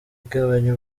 igabanya